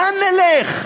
לאן נלך?